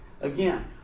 Again